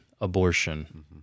abortion